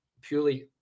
purely